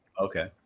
Okay